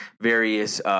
various